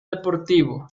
deportivo